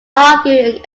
argued